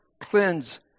cleanse